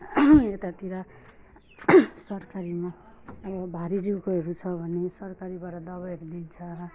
यतातिर सरकारीमा अब भारी जिउकोहरू छ भने सरकारीबाट दबाईहरू दिन्छ